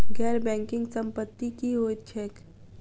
गैर बैंकिंग संपति की होइत छैक?